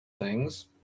things-